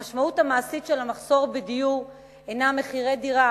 המשמעות המעשית של המחסור בדיור היא מחירי דירות